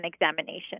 examination